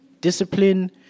discipline